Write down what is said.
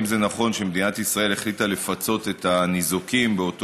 אם זה נכון שמדינת ישראל החליטה לפצות את הניזוקים באותו